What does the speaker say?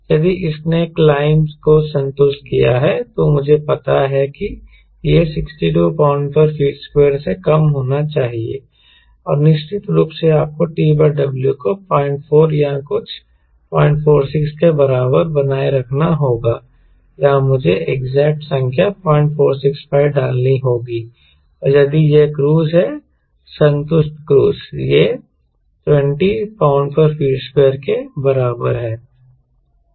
यदि इसने क्लाइंब को संतुष्ट किया है तो मुझे पता है कि यह 62 lb ft2 से कम होना चाहिए और निश्चित रूप से आपको T W को 04 या कुछ 046 के बराबर बनाए रखना होगा या मुझे एग्जैक्ट संख्या 0465 डालनी होगी और यदि यह क्रूज़ है संतुष्ट क्रूज़ यह 20 lb ft2 के बराबर है